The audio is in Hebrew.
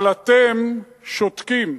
אבל אתם שותקים.